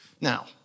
Now